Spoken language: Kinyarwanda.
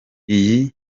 iyi